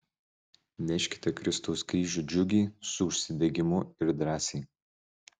neškite kristaus kryžių džiugiai su užsidegimu ir drąsiai